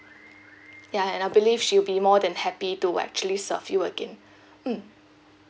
ya and I believe she'll be more than happy to actually serve you again mm